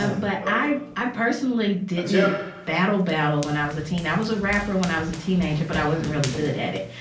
ah but i i personally didn't battle battle when i was a teen. i was a rapper when i was a teenager, but i wasn't really good at it